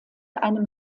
einem